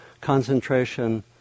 concentration